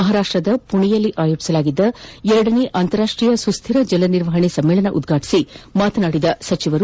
ಮಹಾರಾಷ್ಟ್ದ ಪುಣೆಯಲ್ಲಿ ಆಯೋಜಿಸಲಾಗಿದ್ದ ಎರಡನೇ ಅಂತಾರಾಷ್ಟೀಯ ಸುಸ್ದಿರ ಜಲ ನಿರ್ವಹಣೆ ಸಮ್ಮೇಳನ ಉದ್ಘಾಟಿಸಿ ಮಾತನಾಡಿದ ಅವರು